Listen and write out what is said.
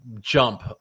jump